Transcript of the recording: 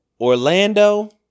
Orlando